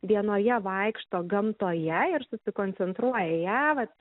dienoje vaikšto gamtoje ir susikoncentruoja į ją vat